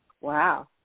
Wow